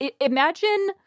Imagine